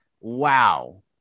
wow